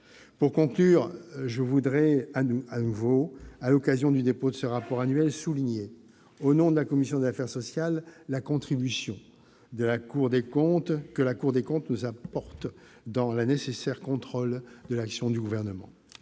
Pour conclure, je veux de nouveau, à l'occasion du dépôt de ce rapport annuel, souligner, au nom de la commission des affaires sociales, la contribution que la Cour des comptes nous apporte dans le nécessaire contrôle de l'action du Gouvernement.